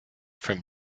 from